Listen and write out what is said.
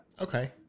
Okay